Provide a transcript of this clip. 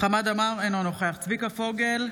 חמד עמאר, אינו נוכח צביקה פוגל,